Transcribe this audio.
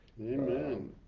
Amen